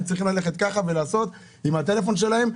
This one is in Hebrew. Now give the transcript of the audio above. צריכים ללכת ככה ולעשות עם הטלפון שלהם.